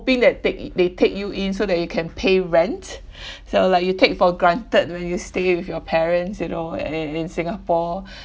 hoping they take they take you in so that you can pay rent so like you take for granted when you stay with your parents you know in in singapore